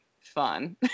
fun